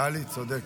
נכון, טלי, צודקת.